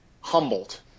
humbled